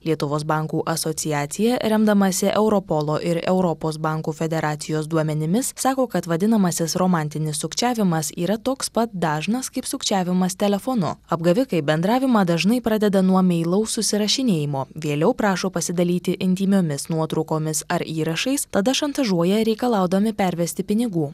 lietuvos bankų asociacija remdamasi europolo ir europos bankų federacijos duomenimis sako kad vadinamasis romantinis sukčiavimas yra toks pat dažnas kaip sukčiavimas telefonu apgavikai bendravimą dažnai pradeda nuo meilaus susirašinėjimo vėliau prašo pasidalyti intymiomis nuotraukomis ar įrašais tada šantažuoja reikalaudami pervesti pinigų